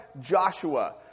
Joshua